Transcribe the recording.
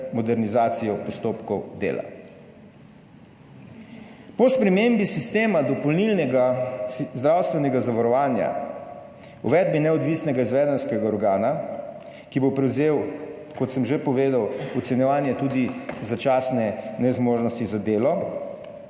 modernizacijo postopkov dela. Po spremembi sistema dopolnilnega zdravstvenega zavarovanja, uvedbi neodvisnega izvedenskega organa, ki bo prevzel, kot sem že povedal, ocenjevanje tudi začasne nezmožnosti za delo,